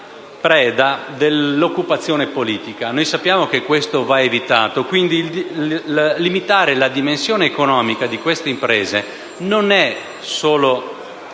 parte della politica. Sappiamo che questo va evitato; quindi, limitare la dimensione economica di queste imprese non è solo